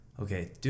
okay